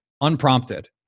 unprompted